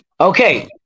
Okay